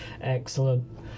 Excellent